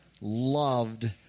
loved